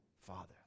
Father